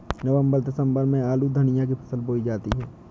नवम्बर दिसम्बर में आलू धनिया की फसल बोई जाती है?